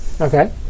Okay